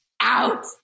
out